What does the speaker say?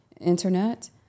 Internet